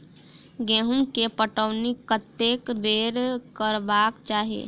गेंहूँ केँ पटौनी कत्ते बेर करबाक चाहि?